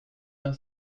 d’un